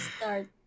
start